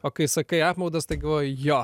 o kai sakai apmaudas tai galvoji jo